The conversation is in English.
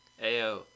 Ayo